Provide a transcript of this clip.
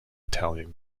italian